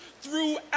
throughout